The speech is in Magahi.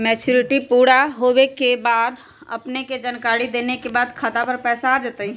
मैच्युरिटी पुरा होवे के बाद अपने के जानकारी देने के बाद खाता पर पैसा आ जतई?